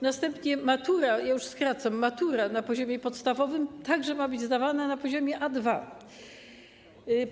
Następnie matura - ja już skracam - na poziomie podstawowym także ma być zdawana na poziomie A2.